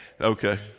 Okay